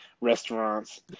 restaurants